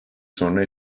sonra